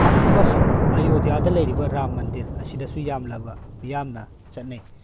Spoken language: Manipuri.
ꯑꯃꯁꯨꯡ ꯑꯌꯣꯗꯤꯌꯥꯗ ꯂꯩꯔꯤꯕ ꯔꯥꯝ ꯃꯟꯗꯤꯔ ꯑꯁꯤꯗꯁꯨ ꯌꯥꯝꯂꯕ ꯃꯤꯌꯥꯝꯅ ꯆꯠꯅꯩ